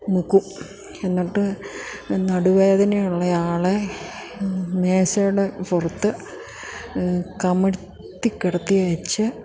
മുക്കും എന്നിട്ട് നടുവേദനയുള്ള ആളെ മേശയുടെ പുറത്ത് കമിഴ്ത്തി കിടത്തിയേച്ചു